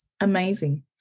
amazing